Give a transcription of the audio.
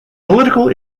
political